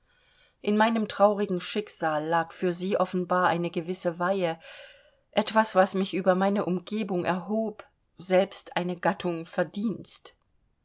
in meinem traurigen schicksal lag für sie offenbar eine gewisse weihe etwas was mich über meine umgebung erhob selbst eine gattung verdienst